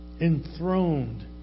Enthroned